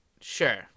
Sure